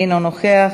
אינו נוכח,